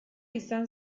izan